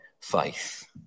faith